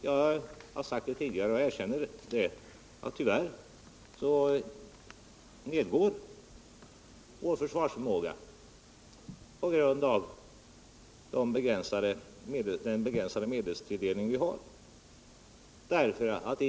Jag har tidigare sagt att jag erkänner att vår försvarsförmåga tyvärr nedgår på grund av den begränsade medelstilldelning som vi har.